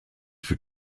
for